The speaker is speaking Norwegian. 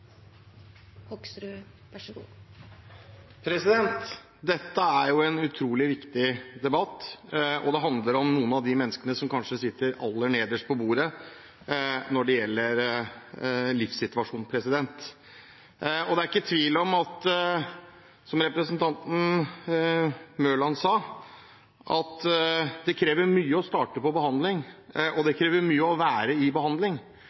Dette er en utrolig viktig debatt. Den handler om noen av de menneskene som kanskje sitter aller nederst ved bordet når det gjelder livssituasjon. Som representanten Mørland sa, er det ikke tvil om at det krever mye å starte med behandling, det krever mye å være i behandling, og det